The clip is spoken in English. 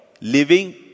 Living